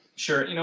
sure. you know